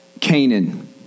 Canaan